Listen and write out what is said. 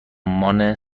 رمان